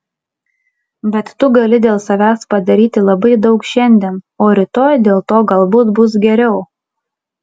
bet tu gali dėl savęs padaryti labai daug šiandien o rytoj dėl to galbūt bus geriau